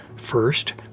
First